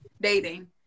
dating